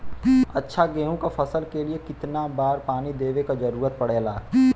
अच्छा गेहूँ क फसल के लिए कितना बार पानी देवे क जरूरत पड़ेला?